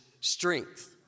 strength